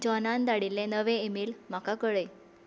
जॉनान धाडिल्ले नवे ईमेल म्हाका कळय